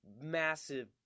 massive